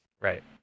Right